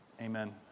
Amen